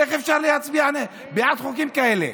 איך אפשר להצביע בעד חוקים כאלה?